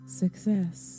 success